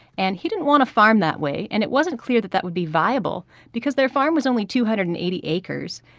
and he didn't want to farm that way. and it wasn't clear that that would be viable because their farm was only two hundred and eighty acres.